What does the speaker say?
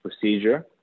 procedure